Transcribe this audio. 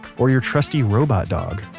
or your trusty robot dog.